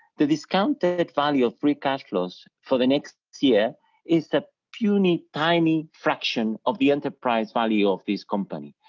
the discounted value of free cash flows for the next year is the puny tiny fraction of the enterprise value of this company,